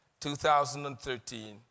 2013